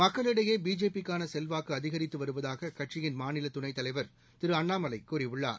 மக்களிடையே பிஜேபி க்கானசெல்வாக்குஅதிகரித்துவருவதாகஅக்கட்சியின் மாநிலதுணைத்தலைவர் திருஅண்ணாமலைகூறியுள்ளார்